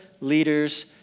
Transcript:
leaders